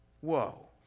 Whoa